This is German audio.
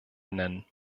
nennen